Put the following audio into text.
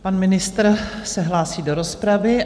Pan ministr se hlásí do rozpravy.